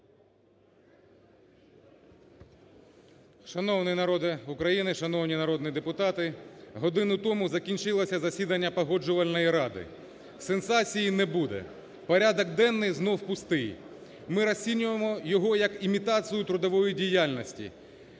Шановний народе України! Шановні народні депутати! Годину тому закінчилося засідання Погоджувальної ради. Сенсації не буде, порядок денний знов пустий. Ми розцінюємо його як імітацію трудової діяльності,